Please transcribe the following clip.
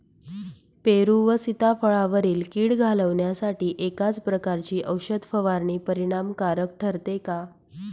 पेरू व सीताफळावरील कीड घालवण्यासाठी एकाच प्रकारची औषध फवारणी परिणामकारक ठरते का?